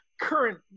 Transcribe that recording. current